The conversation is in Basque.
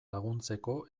laguntzeko